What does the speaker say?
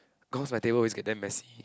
cause my table is get damn messy